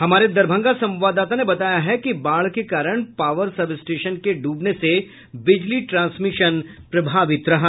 हमारे दरभंगा संवाददाता ने बताया है कि बाढ़ के कारण पावर सब स्टेशन के ड्बने से बिजली ट्रांसमिशन प्रभावित रहा